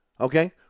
Okay